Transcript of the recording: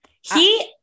he-